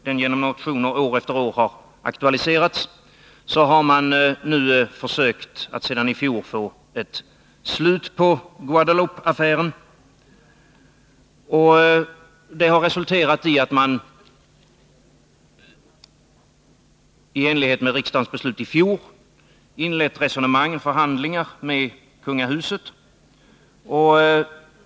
Finansutskottet har sedan i fjol försökt få ett slut på Guadeloupeaffären. Det har fått till följd att regeringen, i enlighet med riksdagens beslut i fjol, har inlett förhandlingar med kungahuset.